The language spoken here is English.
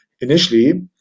initially